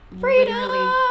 freedom